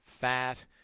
fat